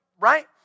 right